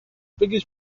biggest